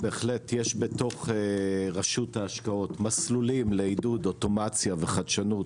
בהחלט יש בתוך רשות ההשקעות מסלולים לעידוד אוטומציה וחדשנות